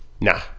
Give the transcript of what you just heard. nah